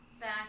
back